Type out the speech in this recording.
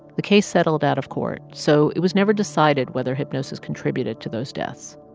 the case settled out of court, so it was never decided whether hypnosis contributed to those deaths